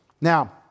Now